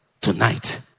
tonight